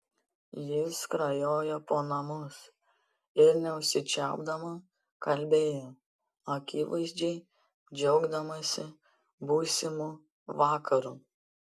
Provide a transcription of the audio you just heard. ji skrajojo po namus ir neužsičiaupdama kalbėjo akivaizdžiai džiaugdamasi būsimu vakaru